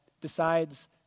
decides